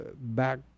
back